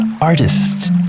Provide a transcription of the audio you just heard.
artists